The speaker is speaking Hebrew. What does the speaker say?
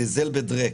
די זעלבע דרעק.